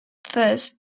this